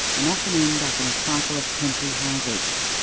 and often end up in a cycle of temporary houses.